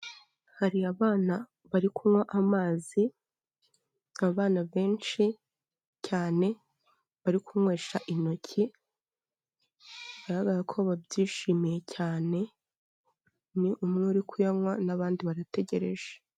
Hari abana bari kunywa amazi abana benshi cyane, bari kunywesha intoki, bigaragara ko babyishimiye cyane, ni umwe uri kuyanywa n'abandi barategereje.